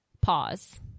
Pause